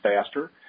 faster